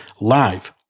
live